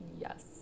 Yes